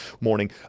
morning